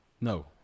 no